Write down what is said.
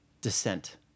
descent